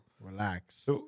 Relax